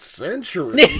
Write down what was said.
century